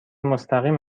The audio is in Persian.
مستقیم